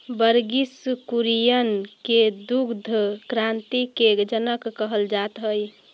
वर्गिस कुरियन के दुग्ध क्रान्ति के जनक कहल जात हई